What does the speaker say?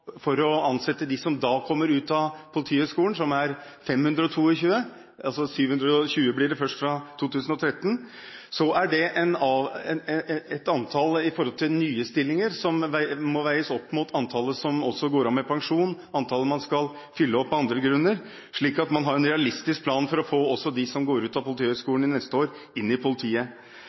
ansette dem som da kommer ut av Politihøgskolen, som er 522 – 722 blir det først fra 2013 – er det et antall sett i forhold til nye stillinger som må veies opp mot antallet som også går av med pensjon, og antallet man skal fylle opp etter av andre grunner, slik at man har en realistisk plan for å få også dem som går ut av Politihøgskolen neste år, inn i politiet.